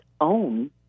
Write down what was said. own